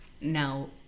now